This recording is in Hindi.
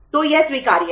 तो यह स्वीकार्य है